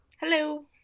Hello